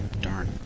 darn